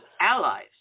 allies